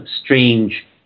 strange